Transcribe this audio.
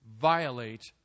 violate